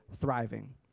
thriving